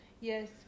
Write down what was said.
Yes